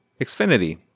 Xfinity